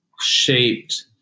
shaped